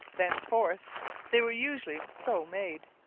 thenceforth they were usually so made,